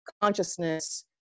consciousness